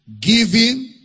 giving